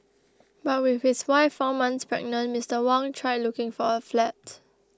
but with his wife four months pregnant Mister Wang tried looking for a flat